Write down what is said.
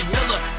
Miller